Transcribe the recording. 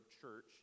Church